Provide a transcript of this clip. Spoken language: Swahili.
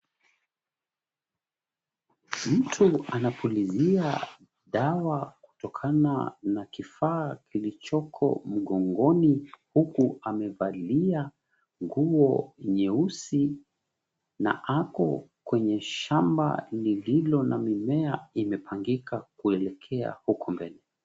Mtu anapulizia dawa kutokana na kifaa kilichoko mgongoni huku amevalia nguo nyeusi na ako kwenye shamba lililo na mimea imepangika kuelekea huko mbele.